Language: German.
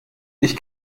ich